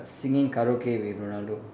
singing karaoke with Ronaldo